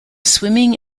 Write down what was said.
swimming